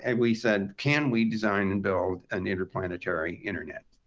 and we said, can we design and build an interplanetary internet?